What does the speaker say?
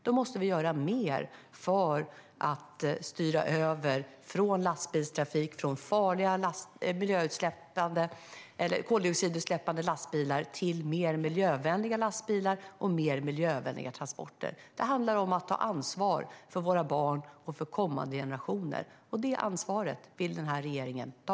Då måste göra mer för att styra över från farliga koldioxidutsläppande lastbilar till mer miljövänliga lastbilar och mer miljövänliga transporter. Det handlar om att ta ansvar för våra barn och för kommande generationer. Det ansvaret vill regeringen ta.